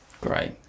Great